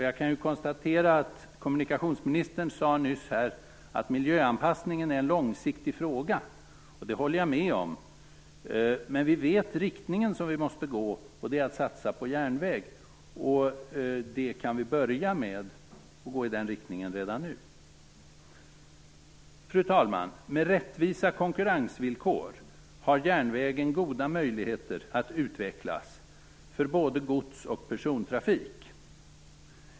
Jag kan konstatera att kommunikationsministern nyss sade här att miljöanpassningen är en långsiktig fråga. Det håller jag med om. Men vi vet vilken riktning vi måste gå i, och det är att satsa på järnväg. Vi kan börja gå i den riktningen redan nu. Fru talman! Med rättvisa konkurrensvillkor har järnvägen goda möjligheter att utvecklas för både gods och persontrafik.